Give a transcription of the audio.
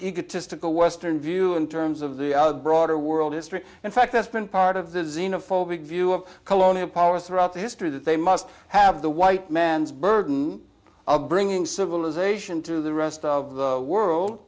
egotistical western view in terms of the ugh broader world history in fact that's been part of the xena phobic view of colonial power throughout history that they must have the white man's burden of bringing civilization to the rest of the world